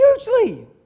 hugely